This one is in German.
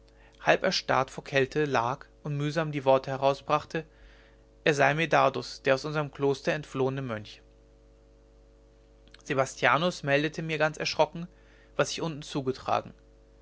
halb erstarrt vor kälte lag und mühsam die worte herausbrachte er sei medardus der aus unserm kloster entflohene mönch sebastianus meldete mir ganz erschrocken was sich unten zugetragen